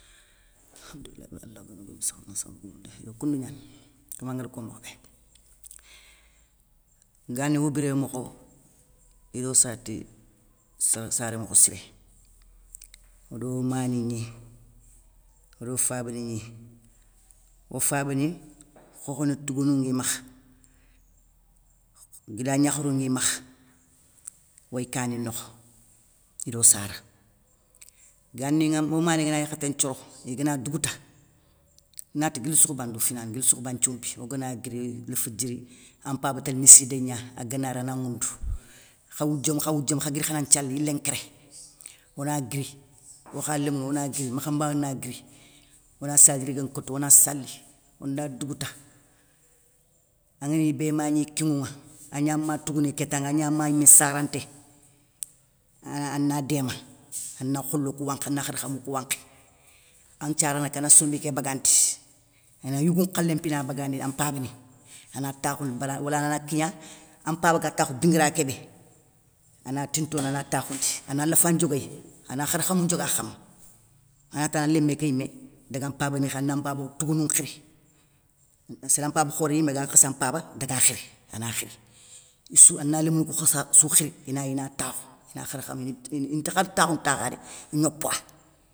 Alkhamdoulilay rabil alamina alla gano gomoundi sakhaba na sakhaba gomoundoy yo koundou gnani, kom angari ko mokhobé, gani o biré mokho, iro sarati. saré mokho siré, odo mani gni odo faba ni gni. Ofabani, khokhona tougounou nŋi makha, guida gnakharou nŋi makha oy kani nokho, ido sara. Gani ŋa o mani gana yarkhaté nthioro igana dougouta, nati guili sokhoba ndou fina guili sokhoba nthiombi, ogana guiri léfdjiri, an mpaba télé missidé gna aganari ana nŋwoundou, khawou diom kha woudiom, kha guiri khana nthiali yilé nkéré, ona guiri, okha lémounou ona guiri, makhanmbanou na guiri, ona saldjirigué nkotou ona sali, onda dougouta, angani ibé ma gni, kinŋwou ŋa, agna ma tougouné kéta agna ma yimé saranté, ana déma ana kholo kou wankhi, ana kharkhamou kou wankhi, an nthiarana ké ana sombi ké bagandi, ana yougou nkhalé mpina bagandini, an mpabani, ana takhoundi bara wala ana kigna, an mpaba ga takhoune dinguira kébé, ana tintondi ana takhoundi ana lafa ndioguéy, ana kharkhamou ndiogua kham, ana ta lémé ké yimé daga mpabani khiri ana mpaba tougounou khiri, sélé mpaba khoré yimé ga nkhassa mpaba daga khiri ana khiri, issou ana lémonou khossa assou khiri inari ina takhou ina kharkhamou intakhari takhounou takhadé, ignopouwa.